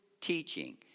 teaching